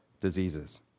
diseases